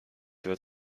wird